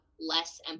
less